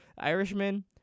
Irishman